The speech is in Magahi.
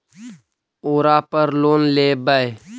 ओरापर लोन लेवै?